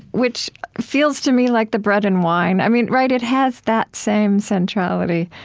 which feels to me like the bread and wine. i mean right? it has that same centrality.